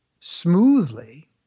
smoothly